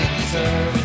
deserve